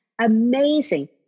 amazing